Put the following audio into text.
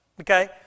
Okay